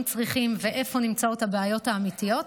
צריכים ואיפה נמצאות הבעיות האמיתיות,